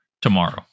tomorrow